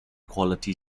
quality